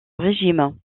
régime